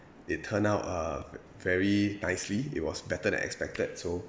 it turn out uh very nicely it was better than expected so